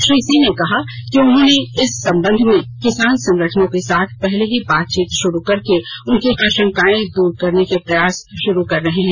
श्री सिंह ने कहा कि उन्होंने इस संबंध में किसान संगठनों के साथ पहले ही बातचीत शुरू करके उनके भ्रम और आशंकाएं दूर करने के प्रयास शुरू कर दिए हैं